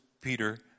Peter